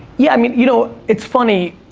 yeah, i mean, you know, it's funny.